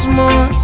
more